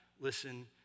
listen